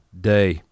day